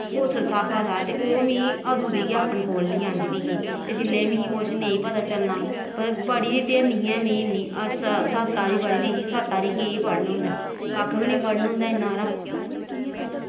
उस हिसाबा ते ओह् मीं अदूं दी गै अपने कोल लेआ आंदी दी ही जिसले मिगी कुछ नेंई पता चलना पढ़ी ते हैनी ही में इन्नी सत्त हारी पड़ी दी ही सत्त हारी केह् पढ़न होंदा कक्ख बी नी पढ़न होंदा इन्ना हारा